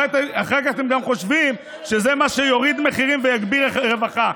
ואחר כך אתם גם חושבים שזה מה שיוריד מחירים ויגביר רווחה.